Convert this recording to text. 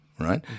Right